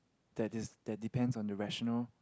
that is that depends on the rational